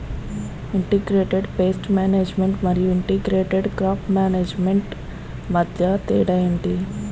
integrated pest management మరియు integrated crop management మధ్య తేడా ఏంటి